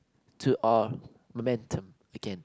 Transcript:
to our momentum again